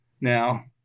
Now